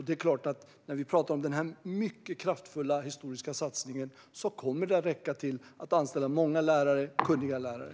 Denna mycket kraftfulla historiska satsning kommer att räcka till att anställa många kunniga lärare.